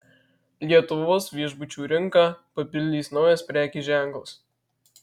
lietuvos viešbučių rinką papildys naujas prekės ženklas